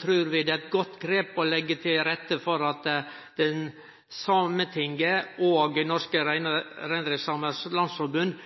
trur vi det er eit godt grep å leggje til rette for at Sametinget og Norske Reindriftsamers Landsforbund